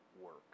work